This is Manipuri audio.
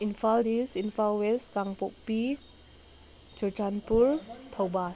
Imphal East Imphal West Kangpokpi Churachandpur Thoubal